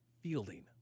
fielding